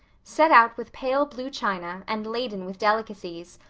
set out with pale blue china and laden with delicacies,